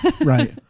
right